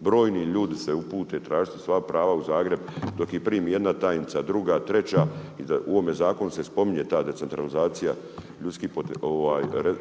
Brojni ljudi se upute tražiti svoja prava u Zagreb dok ih primi jedna tajnica, druga, treća, u ovome zakonu se spominje se spominje ta decentralizacija